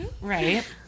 Right